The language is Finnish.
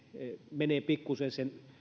menee pikkuisen sen